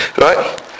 Right